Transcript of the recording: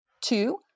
Two